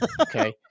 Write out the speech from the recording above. okay